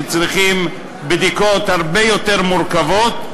שצריכים בדיקות הרבה יותר מורכבות,